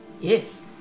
Yes